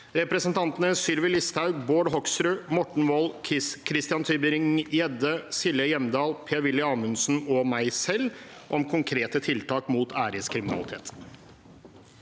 representantene Sylvi Listhaug, Bård Hoksrud, Morten Wold, Christian Tybring-Gjedde, Silje Hjemdal, Per-Willy Amundsen og meg selv, om konkrete tiltak mot æreskriminalitet.